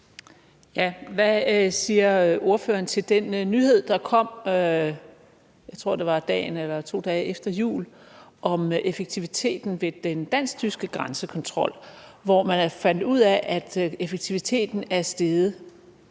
kom, jeg tror, det var 2 dage efter jul, om effektiviteten ved den dansk-tyske grænsekontrol, hvor man altså fandt ud af at effektiviteten er steget